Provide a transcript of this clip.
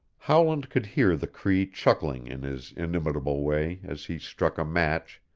howland could hear the cree chuckling in his inimitable way as he struck a match,